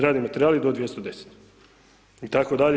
Radni materijali do 210. itd.